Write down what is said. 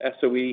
SOE